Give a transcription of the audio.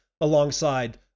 alongside